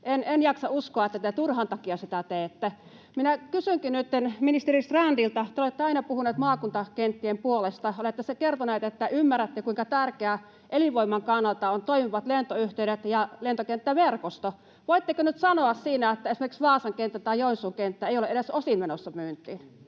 En jaksa uskoa, että te turhan takia sitä teette. Minä kysynkin nyt ministeri Strandilta: Te olette aina puhunut maakuntakenttien puolesta, olette kertonut, että ymmärrätte, kuinka tärkeää elinvoiman kannalta on toimivat lentoyhteydet ja lentokenttäverkosto. Voitteko nyt sanoa siinä, että esimerkiksi Vaasan kenttä tai Joensuun kenttä ei ole edes osin menossa myyntiin?